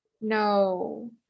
No